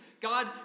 God